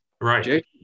Right